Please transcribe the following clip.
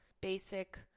basic